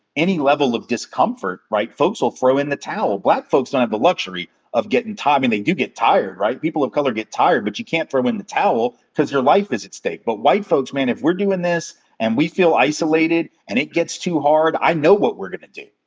any level of discomfort, right, folks will throw in the towel. black folks don't have the luxury of gettin', i mean, they do get tired, right? people of color get tired. but you can't throw in the towel cause your life is at stake. but white folks, man, if we're doin' this and we feel isolated and it gets too hard, i know what we're gonna do.